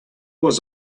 was